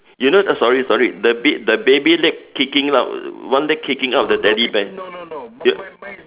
you know sorry sorry the ba~ the baby leg kicking out one leg kicking out the teddy bear